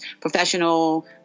professional